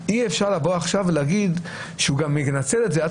אי-אפשר לבוא עכשיו ולהגיד שהוא גם ינצל את זה עד